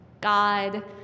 God